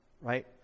right